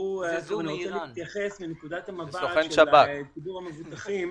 שנאמרו ואני רוצה להתייחס מנקודת המבט של ציבור המבוטחים.